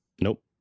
Nope